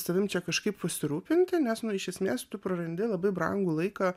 savim čia kažkaip pasirūpinti nes nu iš esmės tu prarandi labai brangų laiką